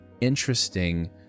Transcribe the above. interesting